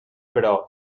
però